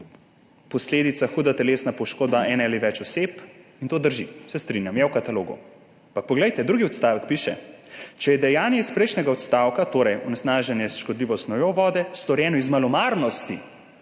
posledica huda telesna poškodba ene ali več oseb. In to drži, se strinjam, je v katalogu. Ampak, poglejte drugi odstavek, piše: »Če je dejanje iz prejšnjega odstavka,« torej onesnaženje s škodljivo snovjo vode, »storjeno iz malomarnosti